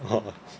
(uh huh)